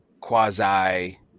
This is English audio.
quasi